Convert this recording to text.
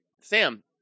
Sam